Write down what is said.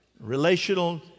Relational